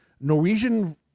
norwegian